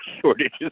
shortages